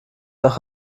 nach